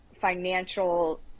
financial